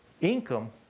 income